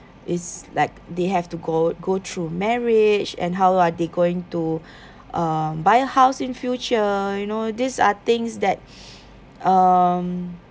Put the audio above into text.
is like they have to go go through marriage and how are they going to uh buy a house in future you know these are things that um